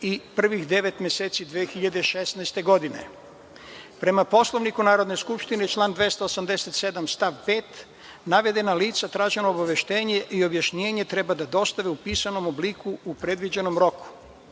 i prvih devet meseci 2016. godine. Prema Poslovniku Narodne skupštine, član 287. stav 5. navedena lica traženo obaveštenje i objašnjenje treba da dostave u pisanom obliku u predviđenom